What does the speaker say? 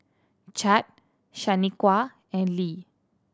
Chadd Shaniqua and Le